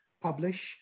publish